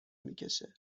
میکشه